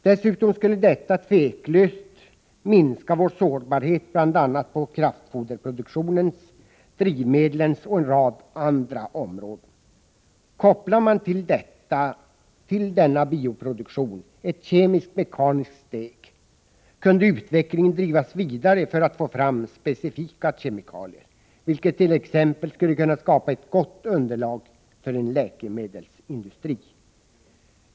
Dessutom skulle detta tveklöst minska vår sårbarhet på bl.a. kraftfoderproduktionens och drivmedlens område samt på en rad andra områden. Kopplar man till denna bioproduktion ett kemiskt-mekaniskt steg, kunde utvecklingen drivas vidare för att få fram specifika kemikalier, vilket t.ex. skulle kunna skapa ett gott underlag för en läkemedelsindustri.